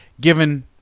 given